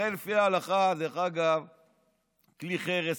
הרי לפי ההלכה, כלי חרס